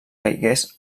caigués